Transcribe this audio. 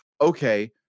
Okay